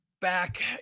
back